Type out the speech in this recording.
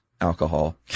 alcohol